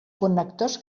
connectors